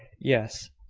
yes.